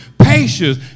Patience